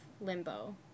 limbo